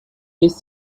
his